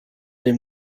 dem